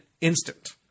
instant